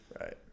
right